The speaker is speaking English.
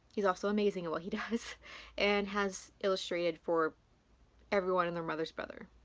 he's also amazing at what he does and has illustrated for everyone and their mother's brother.